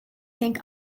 think